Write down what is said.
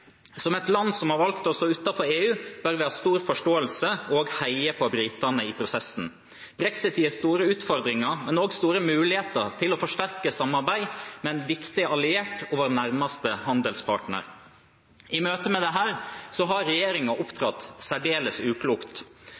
Som et land som har valgt å stå utenfor EU, bør vi ha stor forståelse og heie på britene i prosessen. Brexit gir store utfordringer, men også store muligheter til å forsterke samarbeidet med en viktig alliert og vår nærmeste handelspartner. I møte med dette har regjeringen opptrådt særdeles uklokt.